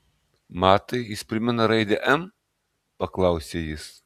matai jis primena raidę m paklausė jis